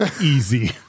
easy